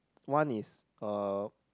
one is uh